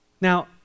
Now